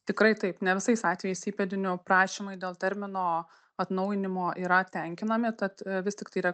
tikrai taip ne visais atvejais įpėdinių prašymai dėl termino atnaujinimo yra tenkinami tad vis tiktai yra